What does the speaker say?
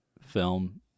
film